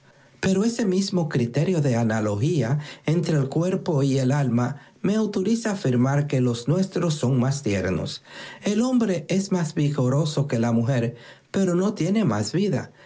pero ese mismo criterio de analogía entre el cuerpo y el alma me autoriza a afirmar que los nuestros son más tiernos el hombre es más vigoroso que la mujer pero no tiene más vida